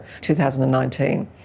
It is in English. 2019